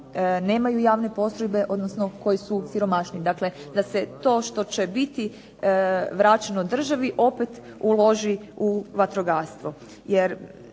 nemaju javne postrojbe, odnosno koji su siromašniji. Dakle, da se to što će biti vraćeno državi opet uloži u vatrogastvo.